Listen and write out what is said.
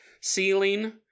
ceiling